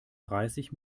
dreißig